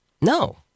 No